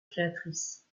créatrice